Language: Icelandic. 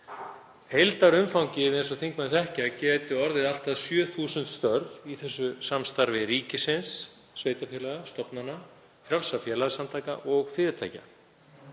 Heildarumfangið, eins og þingmenn þekkja, getur orðið allt að 7.000 störf í þessu samstarfi ríkisins, sveitarfélaga, stofnana, frjálsra félagasamtaka og fyrirtækja